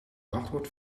wachtwoord